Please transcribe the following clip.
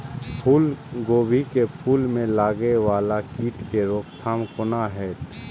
फुल गोभी के फुल में लागे वाला कीट के रोकथाम कौना हैत?